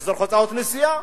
החזר הוצאות נסיעה,